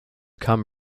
come